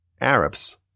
Arabs